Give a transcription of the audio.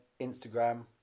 Instagram